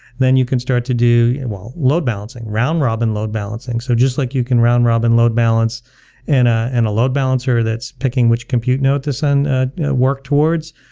then you can start to do load-balancing, round robin load-balancing. so just like you can round robin load balance in a and load balancer that's picking which compute node to send work towards,